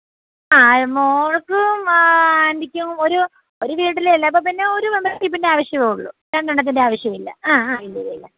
ആ മോൾക്കും ആൻ്റിക്കും ഒരു ഒരു വീട്ടിലെ അല്ലേ അപ്പം പിന്നൊരു മെമ്പർഷിപ്പിൻറെ ആവശ്യമേയുള്ളു രണ്ടെണ്ണത്തിൻ്റെ ആവശ്യമില്ല ആ ആ ഇല്ലില്ലില്ല